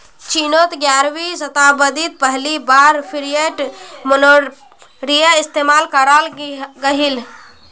चिनोत ग्यारहवीं शाताब्दित पहली बार फ़िएट मोनेय्र इस्तेमाल कराल गहिल